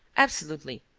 absolutely.